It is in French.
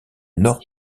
nord